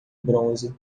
bronze